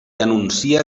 anuncia